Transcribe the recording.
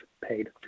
paid